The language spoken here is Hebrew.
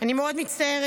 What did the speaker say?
אני מאוד מצטערת,